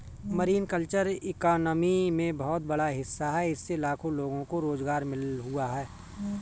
marine culture economy में बहुत बड़ा हिस्सा है इससे लाखों लोगों को रोज़गार मिल हुआ है